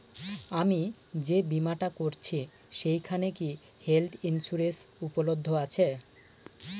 আমি যে বীমাটা করছি সেইখানে কি হেল্থ ইন্সুরেন্স উপলব্ধ আছে?